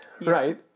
right